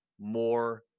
more